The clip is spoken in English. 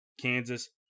Kansas